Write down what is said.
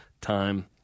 time